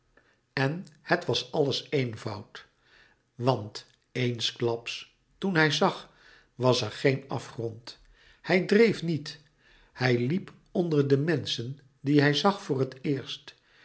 en het was alles eenvoud want eensklaps toen hij zag was er geen afgrond hij dreef niet hij liep onder de menschen die hij zag voor het eerst